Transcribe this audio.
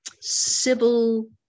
civil